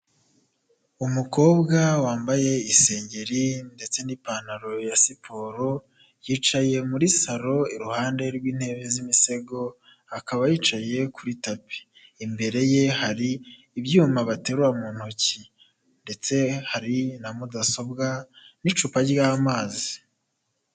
Umukobwa wambaye isengeri ndetse n'ipantaro ya siporo, yicaye muri salo iruhande rw'intebe z'imisego akaba yicaye kuri tapi. Imbere ye hari ibyuma baterura mu ntoki ndetse hari na mudasobwa n'icupa ry'amazi.